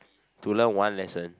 to learn one lesson